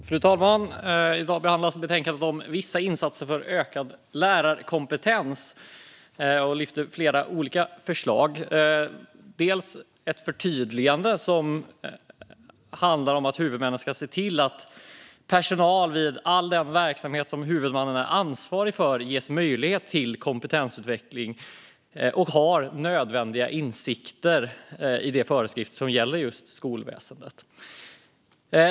Fru talman! I dag behandlas betänkandet om vissa insatser för ökad lärarkompetens. Där lyfts flera olika förslag. Ett gäller ett förtydligande som handlar om att huvudmannen ska se till att personal vid all den verksamhet som huvudmannen är ansvarig för ges möjlighet till kompetensutveckling och har nödvändiga insikter i de föreskrifter som gäller just skolväsendet.